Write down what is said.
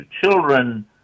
children